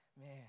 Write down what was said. man